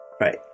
Right